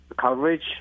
coverage